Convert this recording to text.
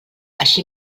així